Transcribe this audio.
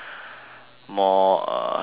more uh